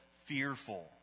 fearful